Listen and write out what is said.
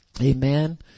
Amen